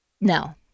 no